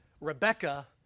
Rebecca